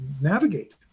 navigate